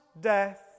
death